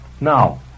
now